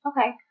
Okay